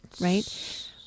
right